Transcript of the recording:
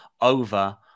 over